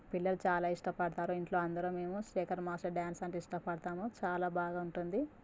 పిల్లలు చాలా ఇష్టపడతారు ఇంట్లో అందరం మేము శేఖర్ మాస్టర్ డ్యాన్స్ అంటే ఇష్టపడతాము చాలా బాగుంటుంది